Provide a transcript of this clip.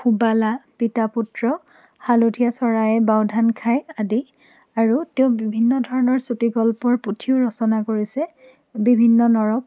সুবালা পিতা পুত্ৰ হালধীয়া চৰায়ে বাওধান খাই আদি আৰু তেওঁ বিভিন্ন ধৰণৰ চুটি গল্পৰ পুথিও ৰচনা কৰিছে বিভিন্ন নৰক